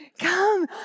come